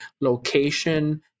location